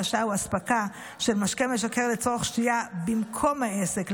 הגשה או אספקה של משקה משכר לצורך שתייה במקום העסק,